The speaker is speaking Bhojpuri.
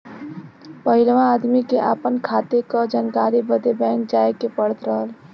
पहिलवा आदमी के आपन खाते क जानकारी बदे बैंक जाए क पड़त रहल